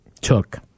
took